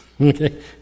Okay